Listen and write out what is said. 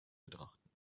betrachten